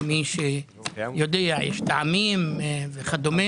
יש טעמים וכדומה.